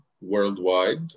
worldwide